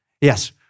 Yes